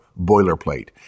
boilerplate